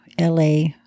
LA